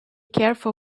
careful